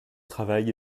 travail